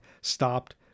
stopped